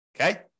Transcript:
Okay